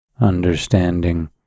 understanding